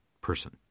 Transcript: person